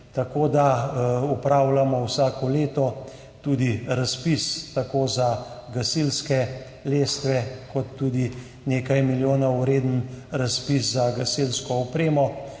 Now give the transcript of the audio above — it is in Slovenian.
Tako da opravljamo vsako leto tudi tako razpis za gasilske lestve kot tudi nekaj milijonov vreden razpis za gasilsko opremo.